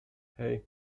hej